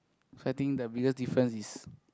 so I think the biggest difference is